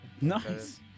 Nice